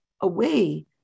away